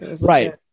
Right